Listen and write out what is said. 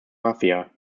mafia